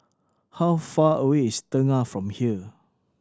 how far away is Tengah from here